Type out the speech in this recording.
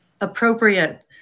appropriate